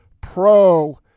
Pro